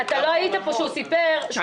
לא היית פה כאשר הוא סיפר שהוא ביטל 12 חתונות.